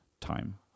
time